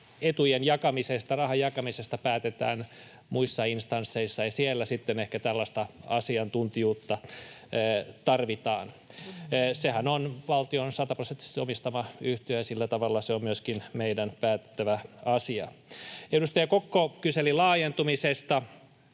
Etujen jakamisesta, rahan jakamisesta, päätetään muissa instansseissa, ja ehkä siellä sitten tällaista asiantuntijuutta tarvitaan. Sehän on valtion sataprosenttisesti omistama yhtiö, ja sillä tavalla se on myöskin meillä päätettävä asia. Edustaja Kokko kyseli laajentumisesta,